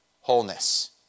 wholeness